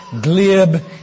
glib